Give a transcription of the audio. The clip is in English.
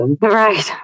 right